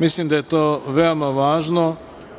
Mislim da je to veoma važno,